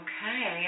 Okay